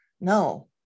No